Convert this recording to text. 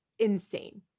insane